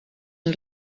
een